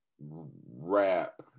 rap